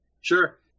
Sure